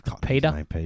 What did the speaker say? Peter